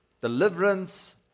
deliverance